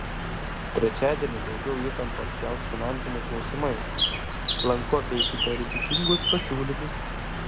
trečiadienį daugiau įtampos kels finansiniai klausimai lanku apeikite rizikingus pasiūlymus